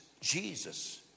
Jesus